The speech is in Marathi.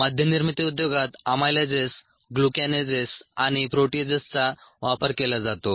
मद्यनिर्मिती उद्योगात अमायलेजेस ग्लुकॅनेजेस आणि प्रोटीएजेसचा वापर केला जातो